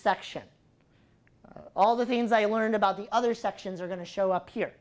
section all the things i learned about the other sections are going to show up here